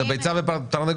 זה ביצה ותרנגולת,